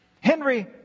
Henry